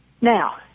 Now